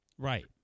Right